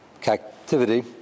captivity